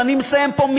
ואני מסיים פה,